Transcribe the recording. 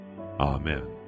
Amen